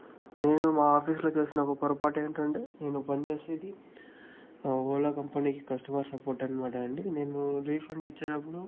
నేను మా ఆఫీసులో చేసిన ఒక పొరపాటేంటంటే నేను పని చేసేది ఓలా కంపెనీకి కస్టమర్ సపోర్ట్ అన్నమాట అండి నేను రీఫండ్ ఇచ్చేటప్పుడు